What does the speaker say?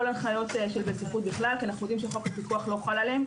הנחיות של בטיחות בכלל כי אנחנו יודעים שחוק הפיקוח לא חל עליהם.